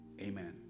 Amen